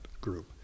group